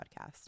podcast